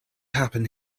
happen